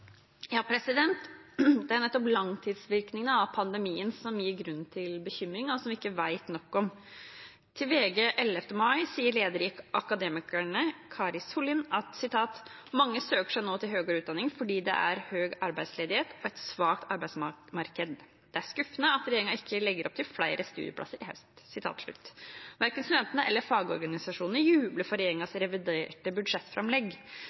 Det er nettopp langtidsvirkningen av pandemien som gir grunn til bekymring, altså hvilken vei det er snakk om. Til VG sa leder i Akademikerne, Kari Sollien, 11. mai: «Mange søker seg nå til høyere utdanning fordi det er høy arbeidsledighet og et svakt arbeidsmarked. Det er skuffende at regjeringen ikke legger opp til flere studieplasser i høst.» Verken studentene eller fagorganisasjonene jubler for regjeringens reviderte budsjettframlegg.